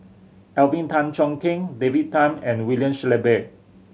Alvin Tan Cheong Kheng David Tham and William Shellabear